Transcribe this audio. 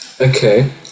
Okay